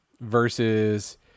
versus